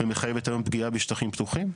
ומחייבת היום פגיעה בשטחים פתוחים.